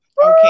Okay